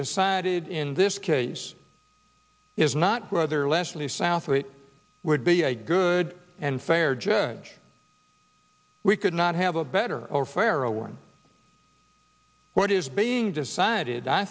decided in this case is not whether leslie south it would be a good and fair judge we could not have a better or pharaoh on what is being decided i